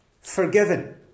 forgiven